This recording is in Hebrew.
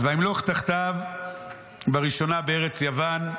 "וימלוך תחתיו בראשונה בארץ יוון,